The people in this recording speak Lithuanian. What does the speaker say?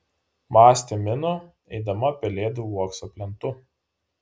mąstė minu eidama pelėdų uokso plentu